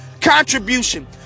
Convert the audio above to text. contribution